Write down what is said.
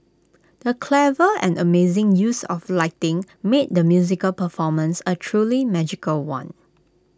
the clever and amazing use of lighting made the musical performance A truly magical one